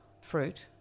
fruit